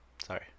Sorry